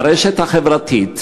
ברשת החברתית